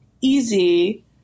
easy